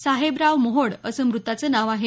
साहेबराव मोहोड असं मृताचं नाव आहे